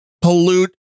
pollute